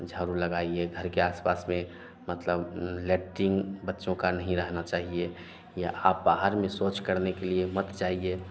झाड़ू लगाइए घर के आस पास में मतलब लैटरिंग बच्चों का नहीं रहना चाहिए या आप बहार में शौच करने के लिए मत जाइए